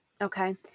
Okay